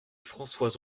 françoise